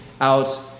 out